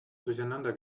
durcheinander